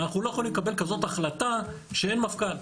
אנחנו לא יכולים לקבל כזאת החלטה כשאין מפכ"ל,